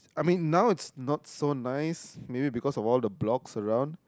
I mean now it's not so nice maybe because of all the blocks around